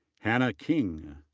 hannah king.